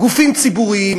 גופים ציבוריים,